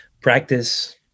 Practice